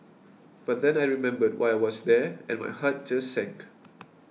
but then I remembered why I was there and my heart just sank